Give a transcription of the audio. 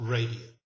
Radio